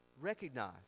recognize